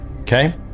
Okay